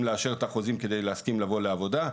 לאשר את החוזים כדי להסכים לבוא לעבודה.